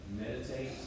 meditate